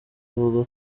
avuga